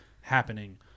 happening